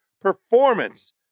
performance